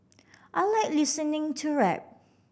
I like listening to rap